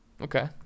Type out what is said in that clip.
Okay